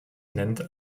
nennt